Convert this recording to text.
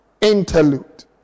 Interlude